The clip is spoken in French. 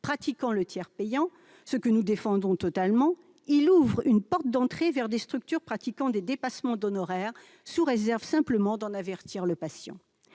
pratiquant le tiers payant, ce que nous défendons totalement, elle ouvre la porte aux structures pratiquant des dépassements d'honoraires, sous réserve simplement que le patient